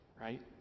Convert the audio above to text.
Right